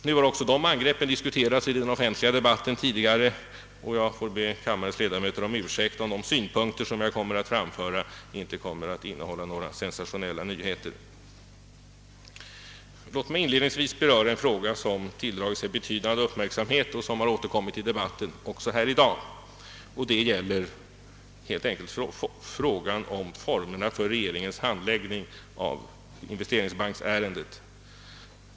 Nu har ju dessa angrepp diskuterats i den offentliga debatten tidigare, och jag får be kammarens ledamöter om ursäkt om de synpunkter jag kommer att framföra inte innehåller några sensationella nyheter. Låt mig inledningsvis beröra en fråga som tilldragit sig betydande uppmärksamhet och som återkommit i debatten även i dag. Det gäller frågan om formerna för regeringens handläggning av investeringsbanksärendet.